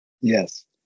Yes